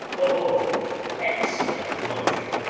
o excellent motion!